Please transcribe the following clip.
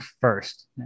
first